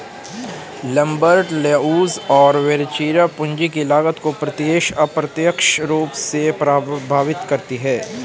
Lambert, Leuz और Verrecchia, पूंजी की लागत को प्रत्यक्ष, अप्रत्यक्ष रूप से प्रभावित करती है